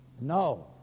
No